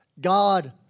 God